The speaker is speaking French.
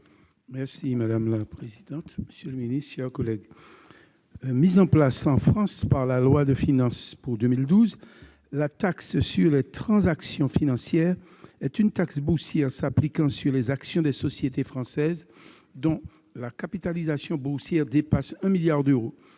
: La parole est à M. Maurice Antiste. Mise en place en France par la loi de finances pour 2012, la taxe sur les transactions financières est une taxe boursière s'appliquant sur les actions des sociétés françaises dont la capitalisation boursière dépasse 1 milliard d'euros.